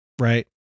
right